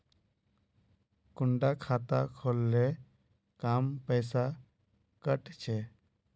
कुंडा खाता खोल ले कम पैसा काट छे?